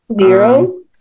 Zero